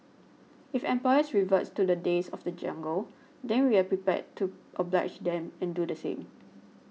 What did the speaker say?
if employers reverts to the days of the jungle then we are prepared to oblige them and do the same